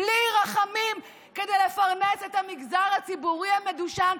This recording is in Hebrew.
בלי רחמים, כדי לפרנס את המגזר הציבורי המדושן.